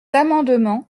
amendement